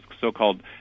so-called